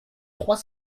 trois